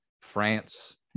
France